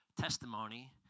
testimony